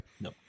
No